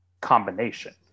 combination